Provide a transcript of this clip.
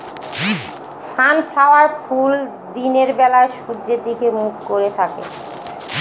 sunflower ফুল দিনের বেলা সূর্যের দিকে মুখ করে থাকে